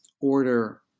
order